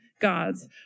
God's